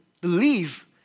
believe